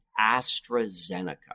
AstraZeneca